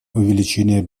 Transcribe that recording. увеличение